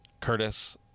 Curtis